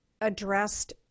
addressed